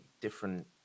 different